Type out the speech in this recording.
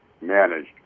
managed